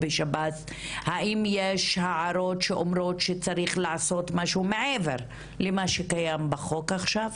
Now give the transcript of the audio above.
האם יש הערות שאומרות שצריך לעשות משהו מעבר למה שקיים בחוק עכשיו?